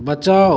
बचाउ